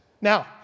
Now